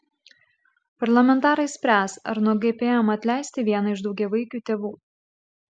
parlamentarai spręs ar nuo gpm atleisti vieną iš daugiavaikių tėvų